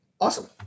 awesome